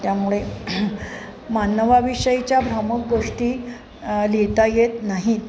त्यामुळे मानवाविषयीच्या भ्रामक गोष्टी लिहिता येत नाहीत